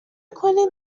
کنید